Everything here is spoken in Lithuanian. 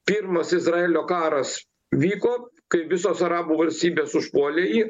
pirmas izraelio karas vyko kai visos arabų valstybės užpuolė jį